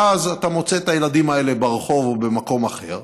ואז אתה מוצא את הילדים האלה ברחוב או במקום אחר,